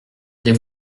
les